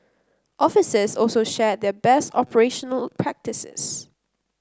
officers also shared their best operational practices